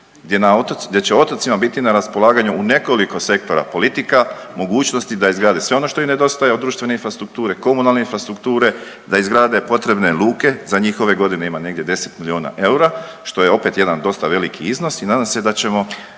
gdje će otocima biti na raspolaganju u nekoliko sektora politika mogućnosti da izgrade sve ono što im nedostaje od društvene infrastrukture, komunalne infrastrukture, da izgrade potrebne luke, za njihove godine ima negdje 10 milijuna eura, što je opet jedan dosta veliki iznos i nadam se da